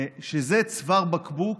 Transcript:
כתב על זה בדוח שזה צוואר בקבוק